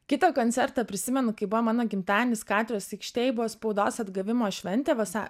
kitą koncertą prisimenu kai buvo mano gimtadienis katedros aikštėj buvo spaudos atgavimo šventė vasa